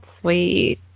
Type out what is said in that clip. sweet